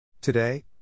Today